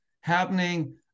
happening